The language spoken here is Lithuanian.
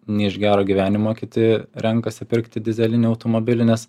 ne iš gero gyvenimo kiti renkasi pirkti dyzelinį automobilį nes